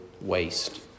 waste